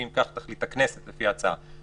אם כך תחליט הכנסת לפי ההצעה.